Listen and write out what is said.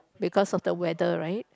because of the weather right